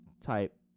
type